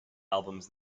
albums